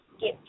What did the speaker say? get